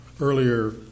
earlier